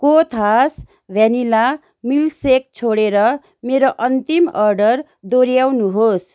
कोथास vanilla milkshake छोडेर मेरो अन्तिम अर्डर दोऱ्याउनुहोस्